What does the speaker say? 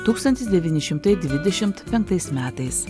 tūkstantis devyni šimtai dvidešim penktais metais